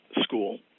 school